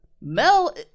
Mel